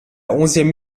onzième